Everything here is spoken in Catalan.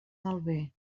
malbé